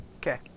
Okay